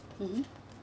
mmhmm